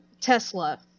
Tesla